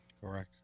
Correct